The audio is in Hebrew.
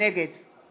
נגד